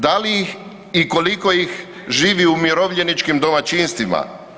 Da li ih i koliko ih živi u umirovljeničkim domaćinstvima?